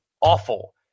awful